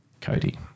cody